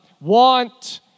want